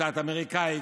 קצת אמריקני,